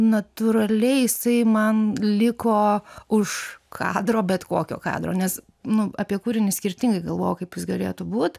natūraliai jisai man liko už kadro bet kokio kadro nes nu apie kūrinį skirtingai galvojau kaip jis galėtų būt